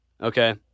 Okay